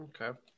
Okay